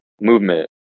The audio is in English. movement